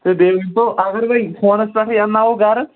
تہٕ بیٚیہِ ؤنۍتو اگر وۄنۍ فونَس پٮ۪ٹھٕے اَنناوَو گرٕ